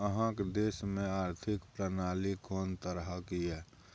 अहाँक देश मे आर्थिक प्रणाली कोन तरहक यै?